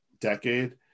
decade